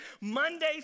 Monday